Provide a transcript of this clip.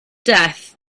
death